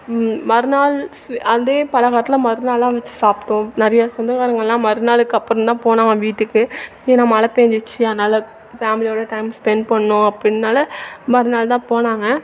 மறுநாள் ஸ் அதே பலகாரத்தலாம் மறுநாள்லாம் வச்சி சாப்பிட்டோம் நிறைய சொந்தக்காரங்கலாம் மறுநாளுக்கு அப்புறந்தான் போனாங்க வீட்டுக்கு ஏன்னா மழை பெஞ்சிச்சி அதனால் ஃபேம்லியோடய டைம் ஸ்பென்ட் பண்ணும் அப்படின்னால மறுநாள் தான் போனாங்க